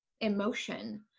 emotion